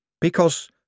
Because